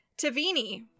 Tavini